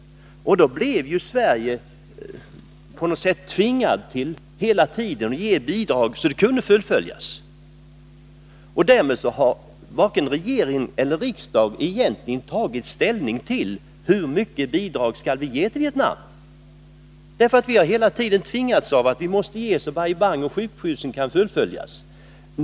Då blev Sverige på något sätt tvingat att hela tiden ge bidrag så att det kunde fullföljas. Därmed har varken regering eller riksdag egentligen tagit ställning till hur mycket vi skall ge i bidrag till Vietnam. Vi har ju hela tiden tvingats att ge så mycket att arbetet på Bai Bang och sjukhusen kan fullföljas.